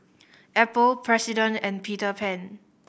Apple President and Peter Pan